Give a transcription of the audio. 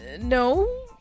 no